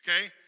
okay